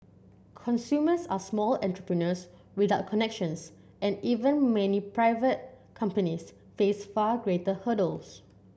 consumers are small entrepreneurs without connections and even many private companies face far greater hurdles